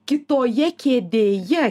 kitoje kėdėje